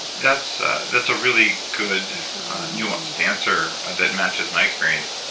that's that's a really good nuanced answer that matches my experience.